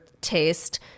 taste